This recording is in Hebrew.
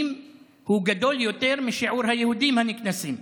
הוא גדול יותר משיעור היהודים הנקנסים.